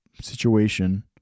situation